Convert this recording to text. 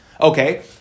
Okay